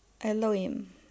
Elohim